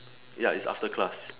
ya is after class